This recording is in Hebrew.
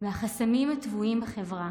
והחסמים הטבועים בחברה.